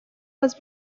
was